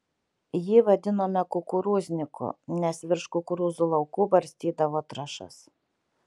jį vadinome kukurūzniku nes virš kukurūzų laukų barstydavo trąšas